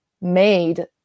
made